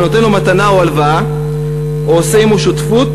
ונותן לו מתנה או הלוואה או עושה עמו שותפות",